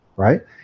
Right